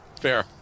fair